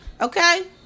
Okay